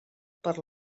per